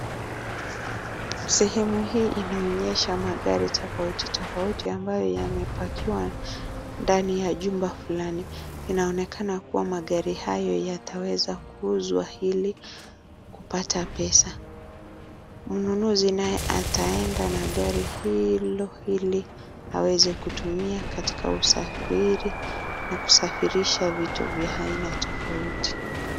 Sehemu hii inaonyesha magari tofauti tofauti ambayo yamepakiwa ndani ya jumba fulani. Inaonekana kuwa magari hayo yataweza kuuzwa ili kupata pesa. Mnunuzi naye ataenda na gari hilo ili aweze kutumia katika usafiri na kusafirisha vitu vya aina tofauti.